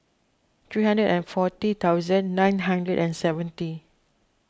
three hundred and forty thousand nine hundred and seventy